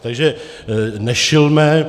Takže nešilme.